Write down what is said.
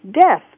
Death